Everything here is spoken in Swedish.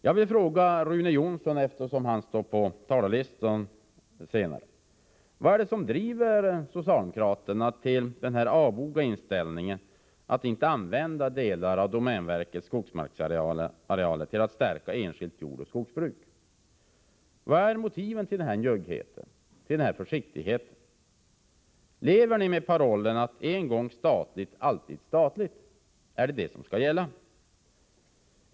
Jag vill fråga Rune Jonsson, som står upptagen senare på talarlistan: Vad är det som driver socialdemokraterna till den avoga inställningen att inte vilja använda delar av domänverkets skogsmarksarealer till att stärka enskilt jordoch skogsbruk? Vad är motiven till denna njugghet och försiktighet? Lever ni med parollen ”en gång statligt, alltid statligt”? Är det detta som skall gälla?